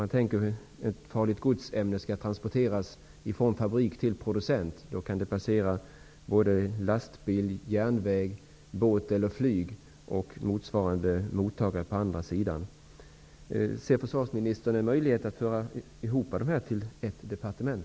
När ett farligt gods-ämne skall transporteras från fabrik till producent kan det fraktas med lastbil, järnväg, båt eller flyg. Motsvarande gäller för mottagare på andra sidan Ser försvarsministern någon möjlighet att föra samman allt detta till ett departement?